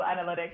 analytics